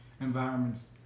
environments